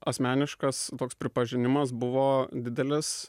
asmeniškas toks pripažinimas buvo didelis